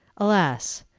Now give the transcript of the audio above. alas!